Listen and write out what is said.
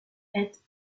est